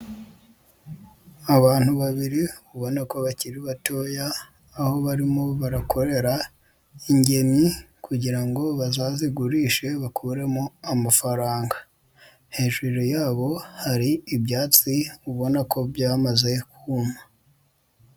Abantu babiri ubona ko bakiri batoya, aho barimo barakorera ingemwe kugira ngo bazazigurishe bakuremo amafaranga, hejuru yabo hari ibyatsi ubona ko byamaze kuma.